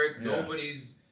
Nobody's